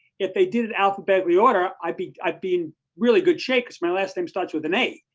if they did it alphabetically order, i'd be i'd be in really good shape cause my last name starts with an a,